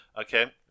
Okay